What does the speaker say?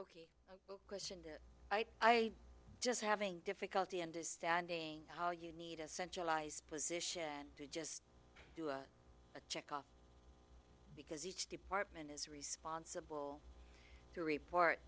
that i just having difficulty understanding how you need a centralized position to just do a check off because each department is responsible to report